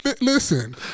listen